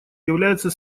является